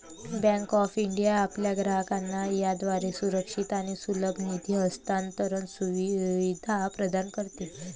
bank of India आपल्या ग्राहकांना याद्वारे सुरक्षित आणि सुलभ निधी हस्तांतरण सुविधा प्रदान करते